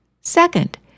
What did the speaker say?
Second